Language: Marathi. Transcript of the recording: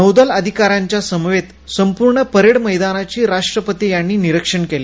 नौदल अधिकाऱ्यांसमवेत संपूर्ण परेड मैदानाचे राष्ट्रपती यांनी निरिक्षण केले